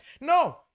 No